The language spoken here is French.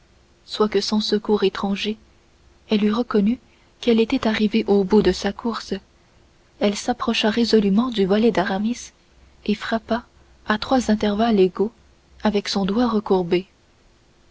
soit que sans secours étranger elle eût reconnu qu'elle était arrivée au bout de sa course elle s'approcha résolument du volet d'aramis et frappa à trois intervalles égaux avec son doigt recourbé